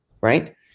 Right